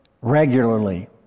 Regularly